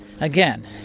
again